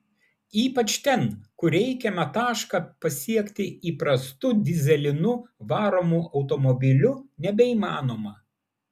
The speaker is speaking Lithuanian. ypač ten kur reikiamą tašką pasiekti įprastu dyzelinu varomu automobiliu nebeįmanoma